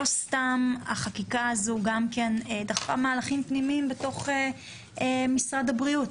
לא סתם החקיקה הזו גם כן דחפה מהלכים פנימיים בתוך משרד הבריאות.